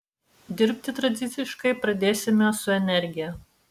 dirbti tradiciškai pradėsime su energija